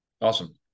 Awesome